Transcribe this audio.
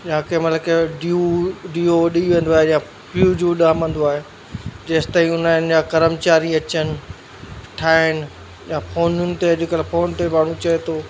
या केमल के वटि ड्यू डियो उॾी वेंदो आहे या फ्यूज उॾामंदो आहे जेंसि ताईं उन अञा करमचारी अचनि ठाहिनि या फोनुनि ते अॼुकल्ह फोन ते बाबू चए थो